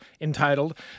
entitled